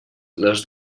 les